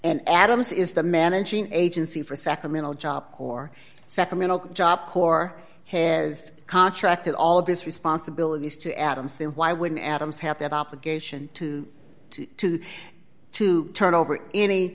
and adams is the managing agency for sacramento job corps nd job corps has contracted all of his responsibilities to adams then why wouldn't adams have that obligation to to to turn over any